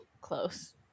close